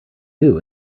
new